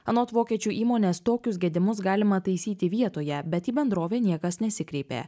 anot vokiečių įmonės tokius gedimus galima taisyti vietoje bet į bendrovę niekas nesikreipė